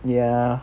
ya